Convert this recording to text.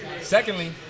Secondly